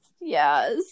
yes